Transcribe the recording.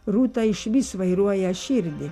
rūta išvis vairuoja širdį